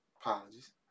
Apologies